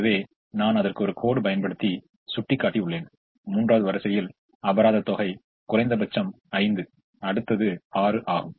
எனவே 4 3 என்பது 1 1 5 என்பது 6 6 6 என்பது 0 0 7 என்பது 7 7 8 என்பது 1 ஆகும்